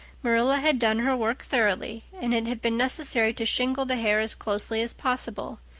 marilla had done her work thoroughly and it had been necessary to shingle the hair as closely as possible.